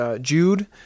Jude